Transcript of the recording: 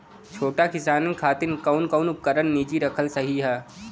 छोट किसानन खातिन कवन कवन उपकरण निजी रखल सही ह?